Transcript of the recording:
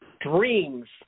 dreams